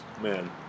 man